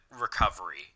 recovery